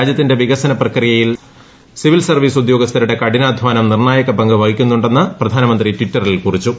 രാജ്യത്തിന്റെ വികസന പ്രക്രിയയിൽ സിവിൽ സർവ്വീസ് ഉദ്യോഗസ്ഥരുടെ കഠിനാദ്ധാനം നിർണ്ണായക പങ്ക് വഹിക്കുന്നുണ്ടെന്ന് പ്രധാനമന്ത്രി ട്വിറ്ററിൽ കുറിച്ചു